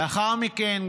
לאחר מכן,